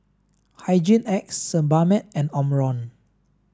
Hygin X Sebamed and Omron